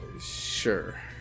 Sure